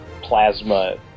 plasma